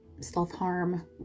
self-harm